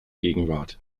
gegenwart